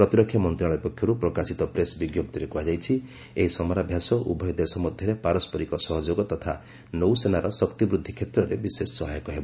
ପ୍ରତିରକ୍ଷା ମନ୍ତ୍ରଣାଳୟ ପକ୍ଷରୁ ପ୍ରକାଶିତ ପ୍ରେସ୍ ବିଜ୍ଞପ୍ତିରେ କୁହାଯାଇଛି ଏହି ସମରାଭ୍ୟାସ ଉଭୟ ଦେଶ ମଧ୍ୟରେ ପାରସ୍କରିକ ସହଯୋଗ ତଥା ନୌସେନାର ଶକ୍ତିବୃଦ୍ଧି କ୍ଷେତ୍ରରେ ବିଶେଷ ସହାୟକ ହେବ